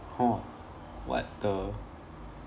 !huh! what the